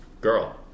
girl